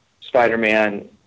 Spider-Man